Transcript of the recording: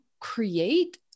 create